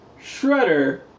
Shredder